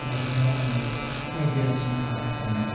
बेखौनो आंनि मेडियासिम खावलायहरनाय